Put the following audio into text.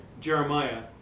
Jeremiah